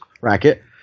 racket